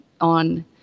on